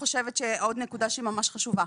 עוד נקודה שהיא ממש חשובה.